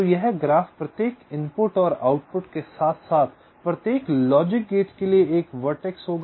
तो यह ग्राफ प्रत्येक इनपुट और आउटपुट के साथ साथ प्रत्येक लॉजिक गेट के लिए एक वर्टेक्स होगा